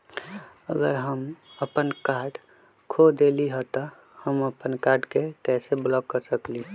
अगर हम अपन कार्ड खो देली ह त हम अपन कार्ड के कैसे ब्लॉक कर सकली ह?